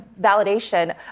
validation